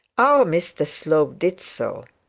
our mr slope did so.